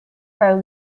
are